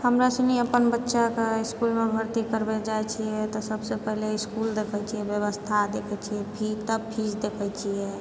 हमरासनी अपन बच्चाके इसकुलमे भर्ती करवै लए जाए छियै तऽ सबसँ पहिले इसकुल देखै छिऐ व्यवस्था देखए छिऐ फी तब फीस देखए छिऐ